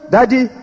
Daddy